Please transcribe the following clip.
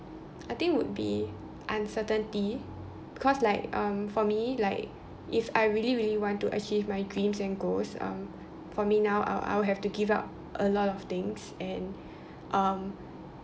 I think would be uncertainty because like um for me like if I really really want to achieve my dreams and goals um for me now I I'll would have to give up a lot of things and um